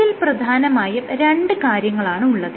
ഇതിൽ പ്രധാനമായും രണ്ട് കാര്യങ്ങളാണ് ഉള്ളത്